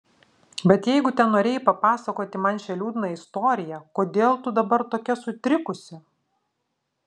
bet jeigu tenorėjai papasakoti man šią liūdną istoriją kodėl tu dabar tokia sutrikusi